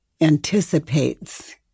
anticipates